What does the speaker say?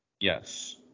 Yes